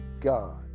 God